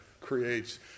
creates